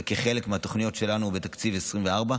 זה כחלק מהתוכניות שלנו בתקציב 2024,